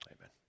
amen